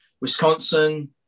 Wisconsin